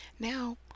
Now